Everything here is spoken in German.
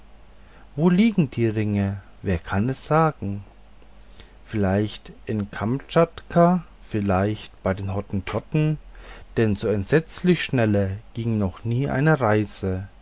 wo liegen die ringe wer kann es sagen vielleicht in kamtschatka vielleicht bei den hottentotten denn so entsetzlich schnelle ging noch nie eine reise